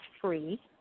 free